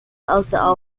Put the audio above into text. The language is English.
also